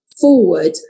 forward